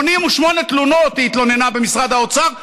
88 תלונות היא התלוננה במשרד האוצר,